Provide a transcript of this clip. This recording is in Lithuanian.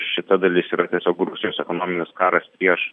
šita dalis yra tiesiog rusijos ekonominis karas prieš